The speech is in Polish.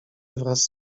wraz